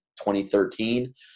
2013